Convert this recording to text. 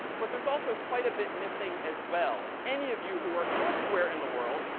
but there's also quite a bit missing as well. and any of you who are elsewhere in the world,